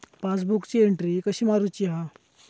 पासबुकाची एन्ट्री कशी मारुची हा?